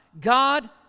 God